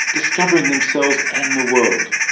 discovering themselves and the world.